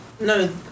No